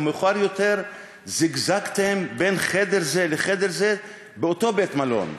ומאוחר יותר זיגזגתם בין חדר זה לחדר זה באותו בית-מלון.